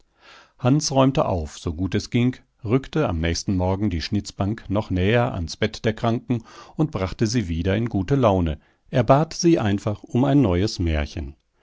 hans räumte auf so gut es ging rückte am nächsten morgen die schnitzbank noch näher ans bett der kranken und brachte sie wieder in gute laune er bat sie einfach um ein neues märchen